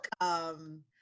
welcome